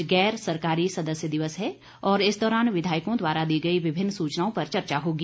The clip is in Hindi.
आज गैर सरकारी सदस्य दिवस है और इस दौरान विधायकों द्वारा दी गई विभिन्न सूचनाओं पर चर्चा होगी